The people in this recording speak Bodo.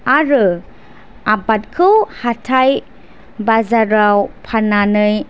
आरो आबादखौ हाथाय बाजाराव फाननानै